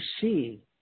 see